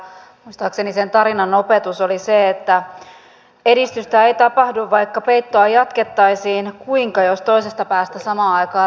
muistaakseni sen tarinan opetus oli se että edistystä ei tapahdu vaikka peittoa jatkettaisiin kuinka jos toisesta päästä samaan aikaan leikataan